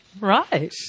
Right